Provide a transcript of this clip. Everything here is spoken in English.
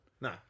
No